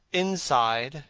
inside,